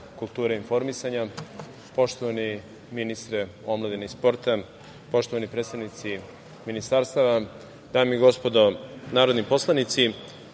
kulture i informisanja, poštovani ministre omladine i sporta, poštovani predstavnici ministarstava, dame i gospodo narodni poslanici,